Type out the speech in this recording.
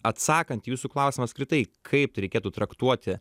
atsakant į jūsų klausimą apskritai kaip reikėtų traktuoti